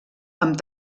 amb